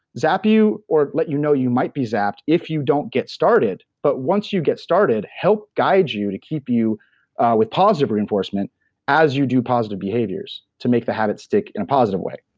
zap you or let you know you might be zapped if you don't get started, but once you get started, help guide you you to keep you with positive reinforcement as you do positive behaviors to make the habit stick in a positive way.